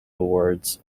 awards